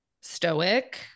stoic